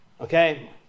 Okay